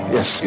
Yes